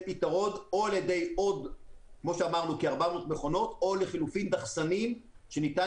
פתרון בהם או על-ידי כ-400 מכונות או לחילופין דחסנים שאפשר